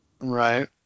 Right